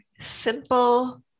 simple